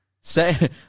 say